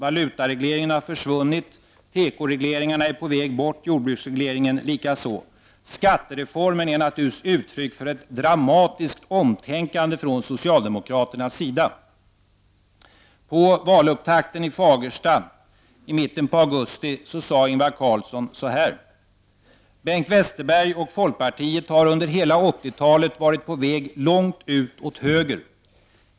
Valutaregleringen har försvunnit, och tekoregleringarna, liksom jordbruksregleringarna, är på väg att försvinna. Skattereformen är naturligtvis uttryck för ett dramatiskt omtänkande från socialdemokraternas sida. På valupptakten i Fagersta i mitten av augusti 1988 sade Ingvar Carlsson följande: ”Bengt Westerberg och folkpartiet har under hela 80-talet varit på väg långt ut åt höger.